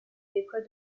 déploie